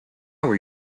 were